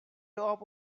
top